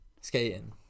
skating